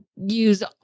use